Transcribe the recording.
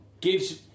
gives